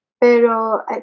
pero